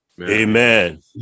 Amen